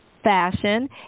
Fashion